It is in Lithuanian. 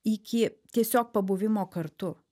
iki tiesiog pabuvimo kartu